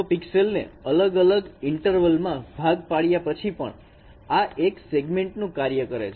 તો પિક્સેલ ને અલગ અલગ ઈન્ટરવલમાં ભાગ પાડ્યા પછી પણ આ એક સેગમેન્ટેશન નું કાર્ય છે